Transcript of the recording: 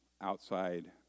outside